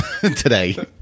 today